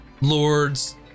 lords